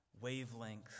wavelength